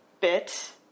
bit